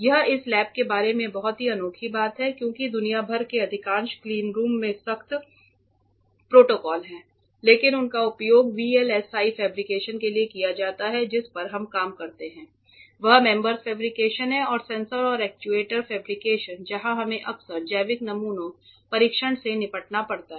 यह इस लैब के बारे में बहुत ही अनोखी बात है क्योंकि दुनिया भर के अधिकांश क्लीनरूम में सख्त प्रोटोकॉल हैं लेकिन उनका उपयोग VLSI फैब्रिकेशन के लिए किया जाता है जिस पर हम काम करते हैं वह मेम्स फैब्रिकेशन है और सेंसर और एक्चुएटर फैब्रिकेशन जहां हमें अक्सर जैविक नमूनों परिक्षण से निपटना पड़ता है